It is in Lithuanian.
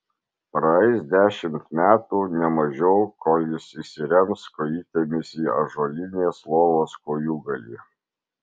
praeis dešimt metų ne mažiau kol jis įsirems kojytėmis į ąžuolinės lovos kojūgalį